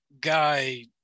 guy